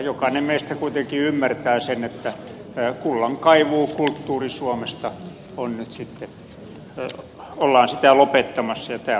jokainen meistä kuitenkin ymmärtää sen että kullankaivukulttuuria suomesta ollaan nyt sitten lopettamassa ja tämä on meidän hyvä tietää